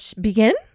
begin